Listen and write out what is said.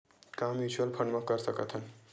का mutual fund म कर सकत हन?